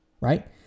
Right